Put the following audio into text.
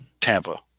Tampa